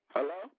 Hello